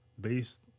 based